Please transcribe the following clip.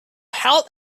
health